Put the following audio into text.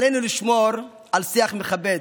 עלינו לשמור על שיח מכבד,